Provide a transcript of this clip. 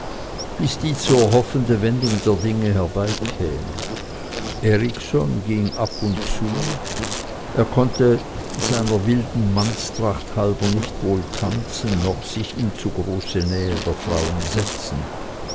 bis die zu erhoffende wendung der dinge herbeikäme erikson ging ab und zu er konnte seiner wildemannstracht halber nicht wohl tanzen noch sich in zu große nähe der frauen setzen